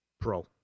Pro